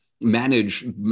manage